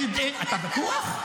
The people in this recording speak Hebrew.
אתה בטוח?